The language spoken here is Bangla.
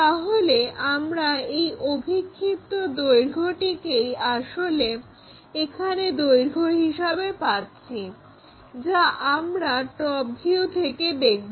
তাহলে আমরা এই অভিক্ষিপ্ত দৈর্ঘ্যটিকেই আসলে এখানে দৈর্ঘ্য হিসাবে পাচ্ছি যা আমরা টপ ভিউ থেকে দেখবো